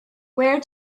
where